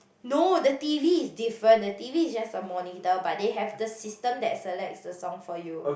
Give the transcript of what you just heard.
no the T_V is different the T_V is just a monitor but they have the system that selects the song for you